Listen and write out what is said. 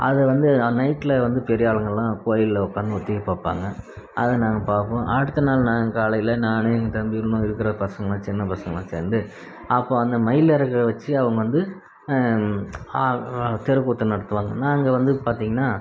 அது வந்து நைட்டில் வந்து பெரியாளுங்கெல்லாம் கோயிலில் உக்காந்து ஒத்திகை பார்ப்பாங்க அதை நாங்கள் பார்ப்போம் அடுத்த நாள் நாங்கள் காலையில் நான் என் தம்பி இன்னும் இருக்கிற பசங்கெளாம் சின்னப் பசங்கெல்லாம் சேர்ந்து அப்போ அந்த மயில் இறக வச்சு அவங்க வந்து தெருக்கூத்து நடத்துவாங்க நாங்கள் வந்து பார்த்திங்கனா